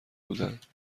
بودند